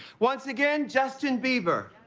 once again justin bieber